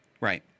Right